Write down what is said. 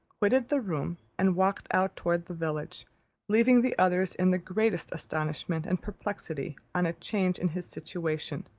quitted the room, and walked out towards the village leaving the others in the greatest astonishment and perplexity on a change in his situation,